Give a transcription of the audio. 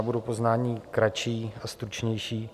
Budu o poznání kratší a stručnější.